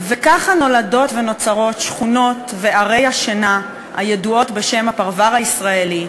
וככה נולדות ונוצרות שכונות וערי שינה הידועות בשם "הפרבר הישראלי",